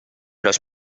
los